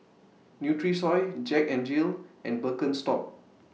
Nutrisoy Jack N Jill and Birkenstock